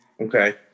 Okay